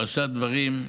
פרשת דברים.